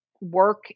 work